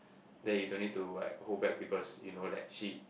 then you don't need to like hold back people's you know like shit